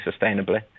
sustainably